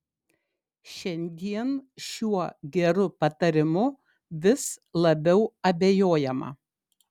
šiandien šiuo geru patarimu vis labiau abejojama